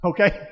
Okay